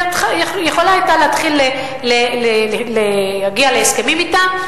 היא יכולה היתה להתחיל להגיע להסכמים אתם,